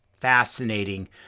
fascinating